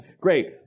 great